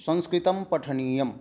संस्कृतं पठनीयम्